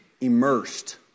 immersed